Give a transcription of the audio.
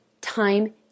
time